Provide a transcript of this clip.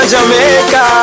Jamaica